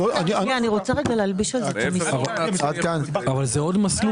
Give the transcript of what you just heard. אבל זה עוד מסלול.